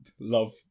Love